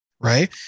right